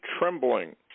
Trembling